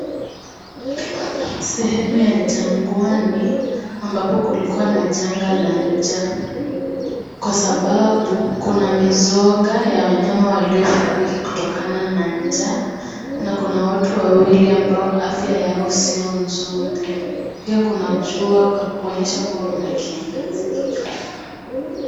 Sehemu ya changwani ambapo kulikiwa na changa la njaaa kwa Sababu kuna misoga ya wanyama waliofariki kutokana na njaa na kuna watu wawili ambao afya yao sio nzuri. Pia kuna jua kuonyesha kuwa kuna kiangazi kikali.